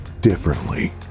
differently